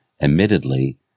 Admittedly